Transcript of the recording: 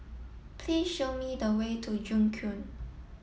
please show me the way to Joo Koon